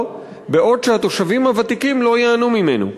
בעוד התושבים הוותיקים לא ייהנו ממנו.